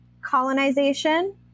colonization